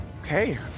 Okay